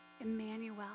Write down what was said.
Emmanuel